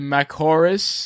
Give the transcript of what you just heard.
Macoris